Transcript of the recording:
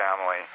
family